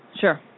Sure